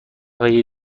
هایی